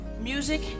music